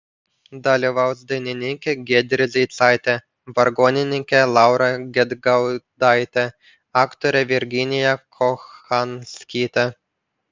dalyvaus dainininkė giedrė zeicaitė vargonininkė laura gedgaudaitė aktorė virginija kochanskytė